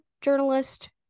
journalist